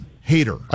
hater